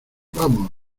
vamos